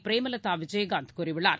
பிரேமலதா விஜயகாந்த் கூறியுள்ளார்